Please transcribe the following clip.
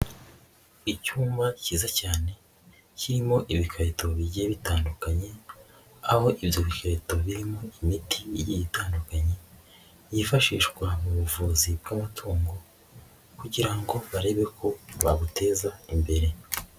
Icyuma cyiza cyane kirimo ibikarito bigiye bitandukanye aho ibyo bikarito birimo imiti igiye itandukanye yifashishwa mu buvuzi bw'amatungo kugira ngo barebe ko babuteza imbere.